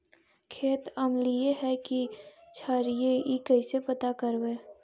खेत अमलिए है कि क्षारिए इ कैसे पता करबै?